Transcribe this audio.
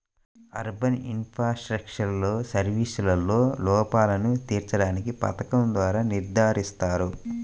urban infrastructural సర్వీసెస్లో లోపాలను తీర్చడానికి పథకం ద్వారా నిర్ధారిస్తారు